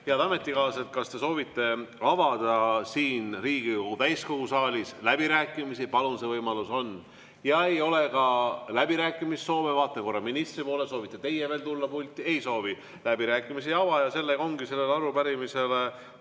head ametikaaslased, kas te soovite avada siin Riigikogu täiskogu saalis läbirääkimisi? Palun! See võimalus on. Ei ole ka läbirääkimissoove. Vaatan korra ministri poole, soovite teie veel tulla pulti? Ei soovi. Läbirääkimisi ei ava, seega ongi sellele arupärimisele